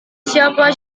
siapa